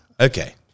Okay